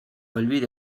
helbide